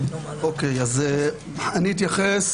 אני אתייחס.